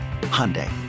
Hyundai